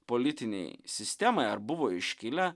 politinei sistemai ar buvo iškilę